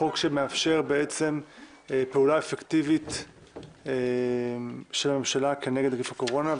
חוק שמאפשר בעצם פעולה אפקטיבית של הממשלה כנגד נגיף הקורונה,